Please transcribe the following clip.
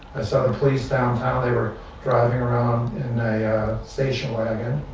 i saw the police downtown, they were driving around in a station wagon.